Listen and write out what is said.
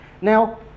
Now